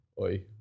oi